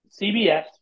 CBS